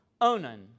Onan